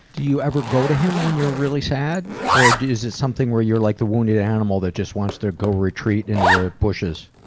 do you ever go to him when you're really sad? or is it something where you're like the wounded animal that just wants to go retreat into the bushes?